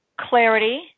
clarity